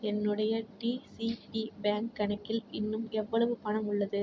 என்னுடைய DCB bank கணக்கில் இன்னும் எவ்வளவு பணம் உள்ளது